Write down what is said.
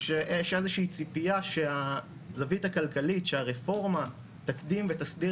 שאין איזושהי ציפייה שהזווית הכלכלית שהרפורמה תקדים ותסדיר